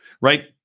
right